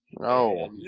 No